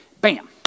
Bam